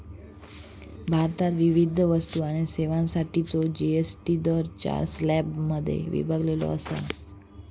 भारतात विविध वस्तू आणि सेवांसाठीचो जी.एस.टी दर चार स्लॅबमध्ये विभागलेलो असा